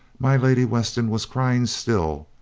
my lady weston was crying still,